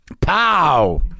Pow